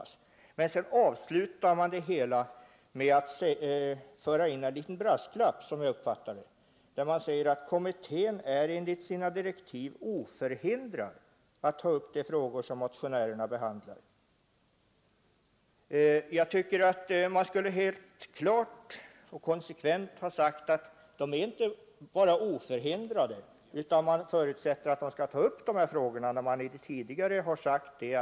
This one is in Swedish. Så långt är vi helt överens. Men sedan avslutar man det hela med att föra in en liten brasklapp — som jag uppfattar det: ”Kommittén är enligt sina direktiv oförhindrad att Jag tycker att man helt klart och konsekvent skulle ha sagt inte bara att den är oförhindrad utan att man förutsätter att den skall ta upp de här frågorna, eftersom man ta upp de frågor som motionärerna behandlar.